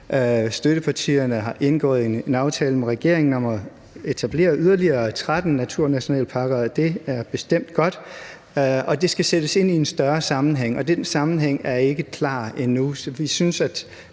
støttepartierne indgået en aftale med regeringen om at etablere yderligere 13 naturnationalparker, og det er bestemt godt. Det skal sættes ind i en større sammenhæng, og den sammenhæng er ikke klar endnu,